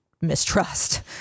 mistrust